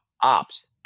ops